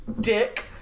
Dick